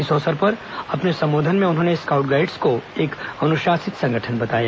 इस अवसर पर अपने संबोधन में उन्होंने स्काउट्स गाइड्स को एक अनुशासित संगठन बताया